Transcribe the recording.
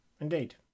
indeed